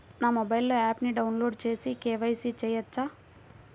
నా మొబైల్లో ఆప్ను డౌన్లోడ్ చేసి కే.వై.సి చేయచ్చా?